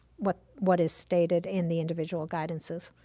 what what is stated in the individual guidances.